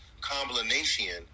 combination